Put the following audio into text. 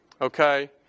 Okay